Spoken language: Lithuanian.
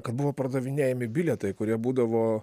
kad buvo pardavinėjami bilietai kurie būdavo